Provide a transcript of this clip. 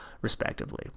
respectively